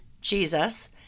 Jesus